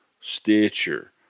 Stitcher